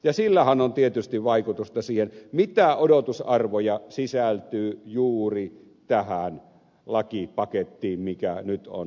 sillähän on tietysti vaikutusta siihen mitä odotusarvoja sisältyy juuri tähän lakipakettiin mikä nyt on esittelyssä